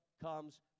comes